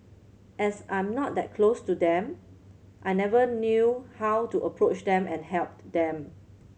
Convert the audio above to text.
as I'm not that close to them I never knew how to approach them and help them